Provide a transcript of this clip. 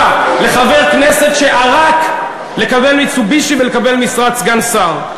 לחבר כנסת שערק כדי לקבל "מיצובישי" ולקבל משרת סגן שר.